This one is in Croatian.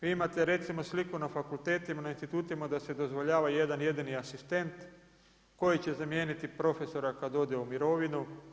Vi imate recimo sliku na fakultetima, na institutima da se dozvoljava jedan jedini asistent koji će zamijeniti profesora kad ode u mirovinu.